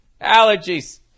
Allergies